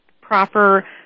proper